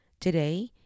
Today